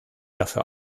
dafür